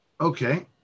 Okay